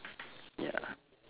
ya